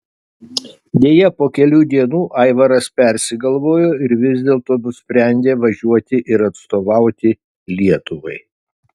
deja po kelių dienų aivaras persigalvojo ir vis dėlto nusprendė važiuoti ir atstovauti lietuvai